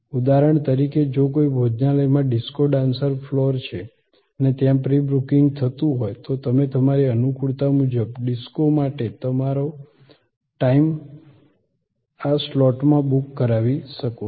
ઉદાહરણ તરીકેજો કોઈ ભોજનલાય માં ડિસ્કો ડાન્સ ફ્લોર છે અને ત્યાં પ્રિ બુકિંગ થતું હોય તો તમે તમારી અનુકૂળતા મુજબ ડિસ્કો માટે તમારો ટાઇમ આતા સ્લોટ બુક કરવી શકો છો